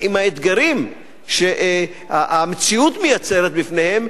עם האתגרים שהמציאות מייצרת בפניהם,